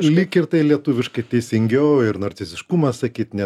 lyg ir tai lietuviškai teisingiau ir narciziškumas sakyt ne